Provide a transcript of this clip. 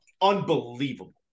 unbelievable